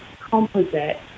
composite